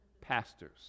pastors